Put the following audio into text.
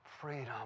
Freedom